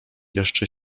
jeszcze